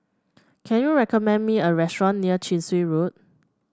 can you recommend me a restaurant near Chin Swee Road